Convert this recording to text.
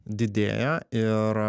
didėja ir